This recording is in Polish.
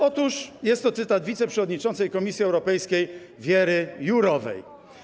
Otóż jest to cytat z wiceprzewodniczącej Komisji Europejskiej Věry Jourovej.